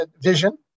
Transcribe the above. vision